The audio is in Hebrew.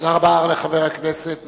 תודה רבה לחבר הכנסת מיכאלי.